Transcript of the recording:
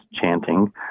chanting